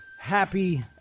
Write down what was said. happy